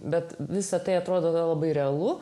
bet visa tai atrodo labai realu